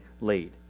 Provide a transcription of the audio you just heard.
laid